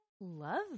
love